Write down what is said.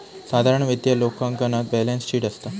साधारण वित्तीय लेखांकनात बॅलेंस शीट असता